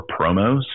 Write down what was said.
promos